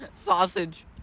Sausage